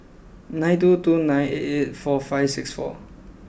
nine two two nine eight eight four five six four